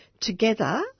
together